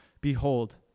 Behold